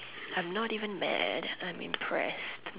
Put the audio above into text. I'm not even mad I'm impressed